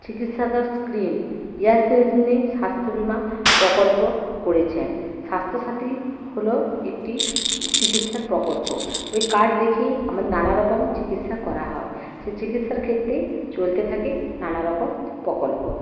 চিকিৎসাদার scheme এয়ার সেন্স মানেই স্বাস্থ্য বিমা প্রকল্প করেছেন স্বাস্থ্যসাথী হলো একটি চিকিৎসা প্রকল্প ওই কার্ড দেখিয়েই আমা নানা রকম চিকিৎসা করা হয় সে চিকিৎসার ক্ষেত্রেই চলতে থাকে নানা রকম প্রকল্প